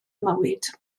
mywyd